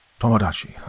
Tomodachi